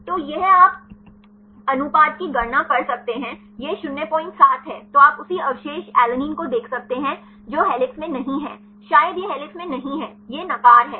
तो यह आप अनुपात की गणना कर सकते हैं यह 07 है तो आप उसी अवशेष एलानिन को देख सकते हैं जो हेलिक्स में नहीं है शायद यह हेलिक्स में नहीं है यह नकार है